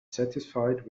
satisfied